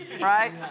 Right